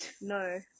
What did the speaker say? No